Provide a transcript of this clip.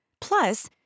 Plus